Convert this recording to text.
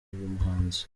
muhanzi